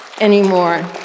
anymore